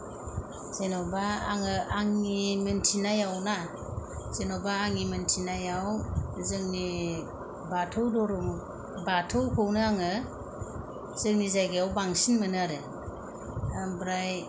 जेन'बा आङो आंनि मिनथिनायावना जेन'बा आंनि मिथिनायाव जोंनि बाथौ धरम बाथौखौनो आङो जोंनि जायगायाव बांसिन मोनो आरो ओमफ्राय